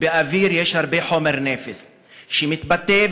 באוויר יש הרבה חומר נפץ שמתבטא,